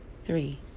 three